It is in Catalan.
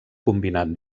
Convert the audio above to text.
combinar